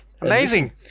amazing